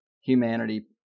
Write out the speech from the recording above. humanity